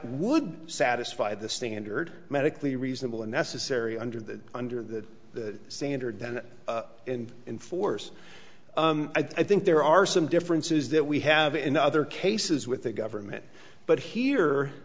would satisfy the standard medically reasonable and necessary under the under the standard then in force i think there are some differences that we have in other cases with the government but here